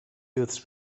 youths